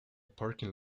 parking